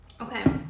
okay